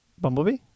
Bumblebee